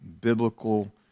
biblical